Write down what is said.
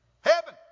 Heaven